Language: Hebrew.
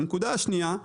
הנקודה השנייה,